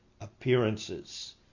appearances